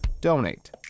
donate